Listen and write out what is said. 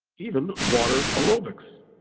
even water aerobics.